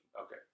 Okay